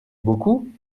beaucoup